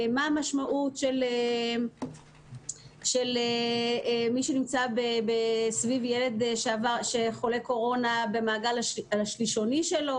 מה המשמעות אם מישהו נמצא סביב ילד חולה קורונה במעגל השלישוני שלו